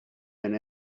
and